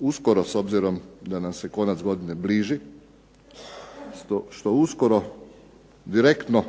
uskoro s obzirom da nam se konac godine bliži, što uskoro direktno